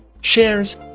shares